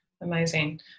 Amazing